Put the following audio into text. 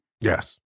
Yes